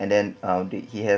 and then he has